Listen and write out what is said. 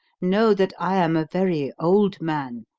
know that i am a very old man,